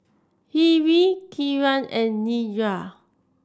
Hri Kiran and Niraj